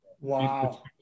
Wow